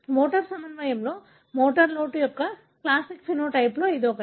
motor సమన్వయంలో motor లోటు యొక్క క్లాసిక్ ఫినోటైప్లో ఇది ఒకటి